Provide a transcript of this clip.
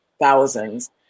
thousands